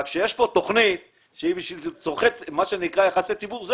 אבל כשיש כאן תוכנית שהיא בשביל יחסי ציבור,